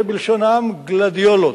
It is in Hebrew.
זה בלשון העם גלדיולות,